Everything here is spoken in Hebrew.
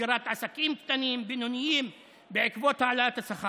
סגירת עסקים קטנים-בינוניים בעקבות העלאת השכר.